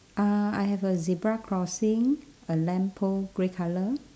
uh I have a zebra crossing a lamppost grey colour